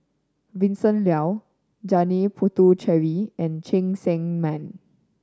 Vincent Leow Janil Puthucheary and Cheng Tsang Man